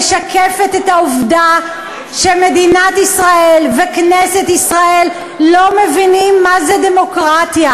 משקפת את העובדה שמדינת ישראל וכנסת ישראל לא מבינות מה זה דמוקרטיה,